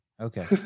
Okay